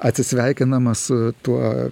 atsisveikinama su tuo